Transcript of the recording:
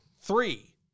three